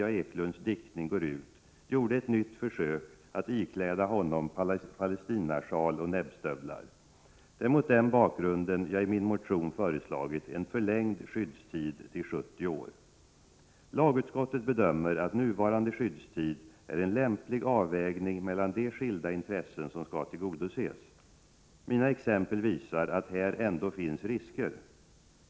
A. Eklunds diktning går ut, gjorde ett nytt försök att ikläda honom palestinaschal och näbbstövlar. Det är mot den bakgrunden jag i min motion föreslagit en till 70 år förlängd skyddstid. Lagutskottet bedömer att nuvarande skyddstid är en lämplig avvägning mellan de skilda intressen som skall tillgodoses. Mina exempel visar att här ändå finns risker.